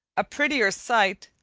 a prettier sight,